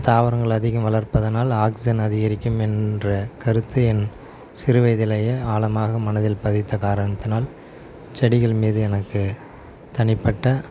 தாவரங்கள் அதிகம் வளர்ப்பதனால் ஆக்ஸிஜன் அதிகரிக்கும் என்ற கருத்து என் சிறு வயதிலேயே ஆழமாக மனதில் பதித்த காரணத்தினால் செடிகள் மீது எனக்கு தனிப்பட்ட